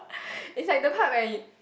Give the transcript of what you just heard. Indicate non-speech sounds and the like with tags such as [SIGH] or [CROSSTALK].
[BREATH] is like the part where he